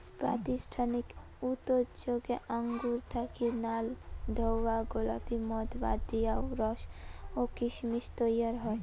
প্রাতিষ্ঠানিক উতোযোগে আঙুর থাকি নাল, ধওলা, গোলাপী মদ বাদ দিয়াও রস ও কিসমিস তৈয়ার হয়